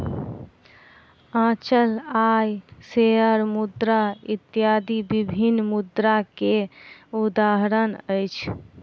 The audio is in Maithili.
अचल आय, शेयर मुद्रा इत्यादि विभिन्न मुद्रा के उदाहरण अछि